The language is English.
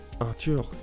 Arthur